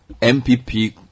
MPP